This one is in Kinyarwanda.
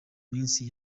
minsi